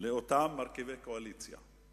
לאותם מרכיבי קואליציה,